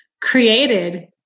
created